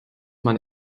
man